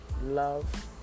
love